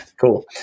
Cool